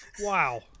wow